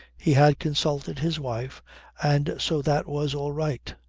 he had consulted his wife and so that was all right.